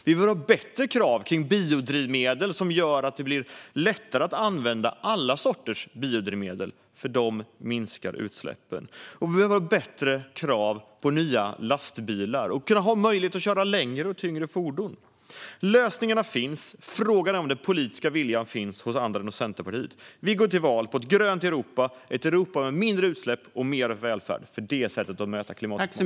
Vi behöver ha bättre krav på biodrivmedel som gör att det blir lättare att använda alla sorters biodrivmedel, för de minskar utsläppen. Vi behöver dessutom ha bättre krav på nya lastbilar samt ha möjlighet att köra längre och tyngre fordon. Lösningarna finns. Frågan är om den politiska viljan finns hos andra än hos Centerpartiet. Vi går till val på ett grönt Europa, ett Europa med mindre utsläpp och mer välfärd. Detta är sättet att möta klimatutmaningen.